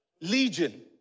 Legion